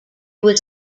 was